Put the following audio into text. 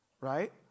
right